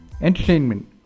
entertainment